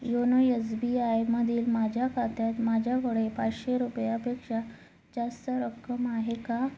YONO S B आयमधील माझ्या खात्यात माझ्याकडे पाचशे रुपयापेक्षा जास्त रक्कम आहे का